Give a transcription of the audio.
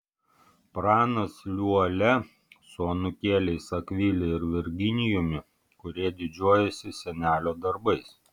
pranas liuolia su anūkėliais akvile ir virginijumi kurie didžiuojasi senelio darbais